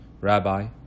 Rabbi